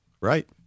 Right